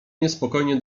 niespokojnie